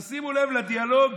שימו לב לדיאלוג